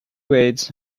heads